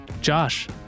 Josh